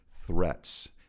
threats